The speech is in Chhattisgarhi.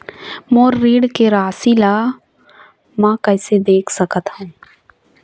मोर ऋण के राशि ला म कैसे देख सकत हव?